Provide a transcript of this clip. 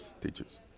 teachers